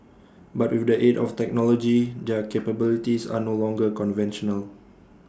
but with the aid of technology their capabilities are no longer conventional